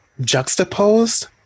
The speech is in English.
juxtaposed